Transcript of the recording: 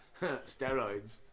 steroids